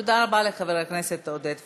תודה רבה לחבר הכנסת עודד פורר.